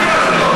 בגלל זה.